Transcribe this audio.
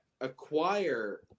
acquire